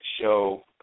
show